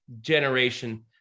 generation